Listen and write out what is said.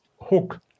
hook